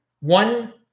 one